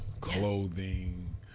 clothing